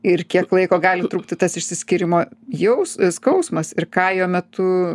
ir kiek laiko gali trukti tas išsiskyrimo jaus skausmas ir ką jo metu